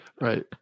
right